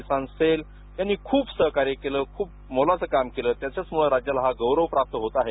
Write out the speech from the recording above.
किसान सेलयांनी खूप सहकार्य केलंखूप मोलाच कार्य केलं ज्याम्ळे राज्याला हा गौरव प्राप्त होत आहे